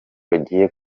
yagiye